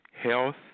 health